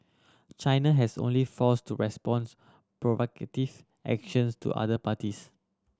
China has only force to responds provocative actions to other parties